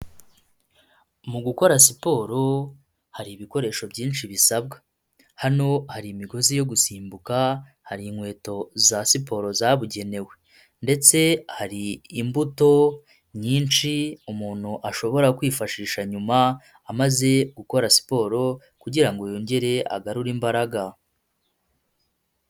Mu gukora siporo hari ibikoresho byinshi bisabwa, hano hari imigozi yo gusimbuka, hari inkweto za siporo zabugenewe. Ndetse hari imbuto nyinshi umuntu ashobora kwifashisha nyuma amaze gukora siporo kugira ngo yongere agarure imbaraga.